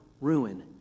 ruin